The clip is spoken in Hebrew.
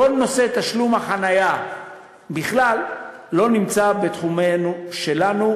כל נושא תשלום החניה בכלל לא נמצא בתחום שלנו,